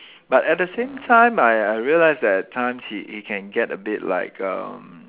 but at the same time I realise that at the time she it can get a bit like